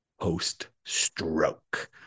post-stroke